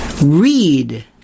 Read